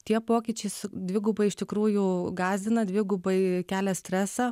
tie pokyčiai dvigubai iš tikrųjų gąsdina dvigubai kelia stresą